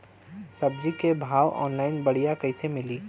सब्जी के भाव ऑनलाइन बढ़ियां कइसे मिली?